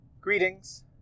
Greetings